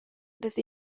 las